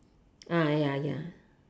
ya ya